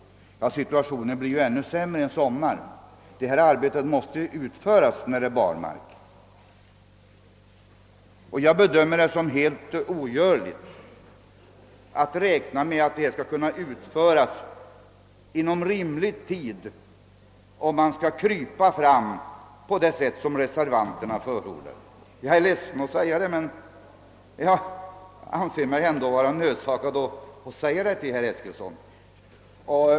Arbetskraftssituationen — blir ännu oförmånligare för beredskapsarbeten till sommaren, och de ifrågavarande arbetena måste utföras medan det är barmark. Jag bedömer det som helt ogörligt att detta arbete skall kunna utföras inom rimlig tid, om man skall krypa fram på det sätt som reservanterna förordar. Jag är ledsen att behöva säga det till herr Eskilsson, men det är nödvändigt att göra det.